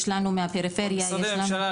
יש לנו מהפריפריה -- משרדי הממשלה,